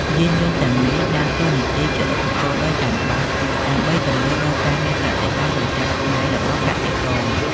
យានយន្តទាំងនេះដើរតួនាទីជាឧបករណ៍ដ៏ចាំបាច់ ដើម្បីសម្រួលដល់ការងារកសិកម្មប្រចាំថ្ងៃរបស់កសិករ។